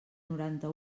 quaranta